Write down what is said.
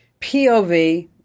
POV